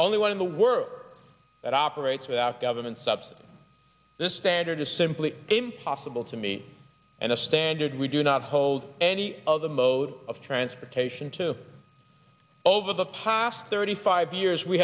only one of the word that operates without government subsidy this standard is simply impossible to me and a standard we do not hold any of the mode of transportation to over the past thirty five years we